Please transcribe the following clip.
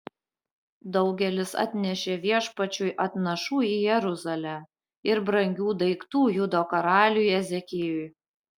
daugelis atnešė viešpačiui atnašų į jeruzalę ir brangių daiktų judo karaliui ezekijui